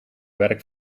weken